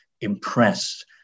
impressed